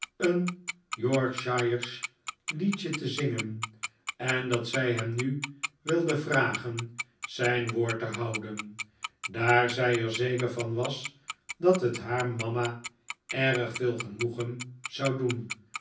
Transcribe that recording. een yorkshiresch liedje te zingen en dat zij hem nu wilde vragen zijn woord te houden daar zij er zeker van was dat het haar mama erg veel genoegen zou doen